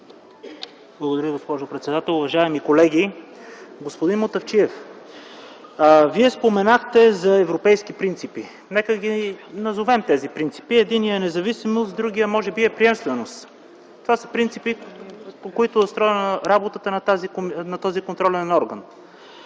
Уважаема госпожо председател, уважаеми колеги! Господин Мутафчиев, Вие споменахте за европейски принципи, но нека назовем тези принципи. Единият е независимост, а другият е може би приемственост. Това са принципите, по които е устроена работата на този контролен орган.